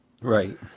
Right